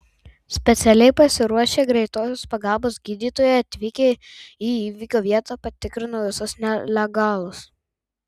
specialiai pasiruošę greitosios pagalbos gydytojai atvykę į įvykio vietą patikrino visus nelegalus